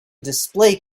display